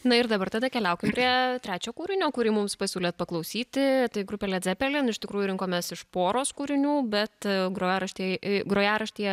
na ir dabar tada keliaukim prie trečio kūrinio kurį mums pasiūlėt paklausyti tai grupė led zepelin iš tikrųjų rinkomės iš poros kūrinių bet grojarštį grojaraštyje